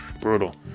Brutal